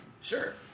sure